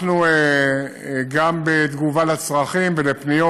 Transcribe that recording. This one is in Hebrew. אנחנו פועלים גם בתגובה על צרכים ועל פניות,